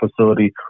facility